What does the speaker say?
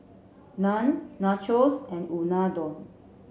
Naan Nachos and Unadon